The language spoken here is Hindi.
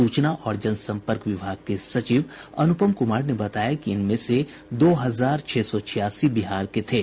सूचना और जनसंपर्क विभाग के सचिव अनुपम कुमार ने बताया कि इनमें से दो हजार छह सौ छियासी बिहार के लोग थे